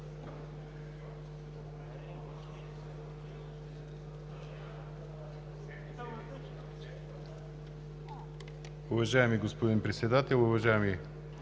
Уважаеми господин Председател, уважаеми